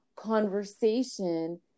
conversation